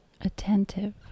attentive